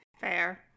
Fair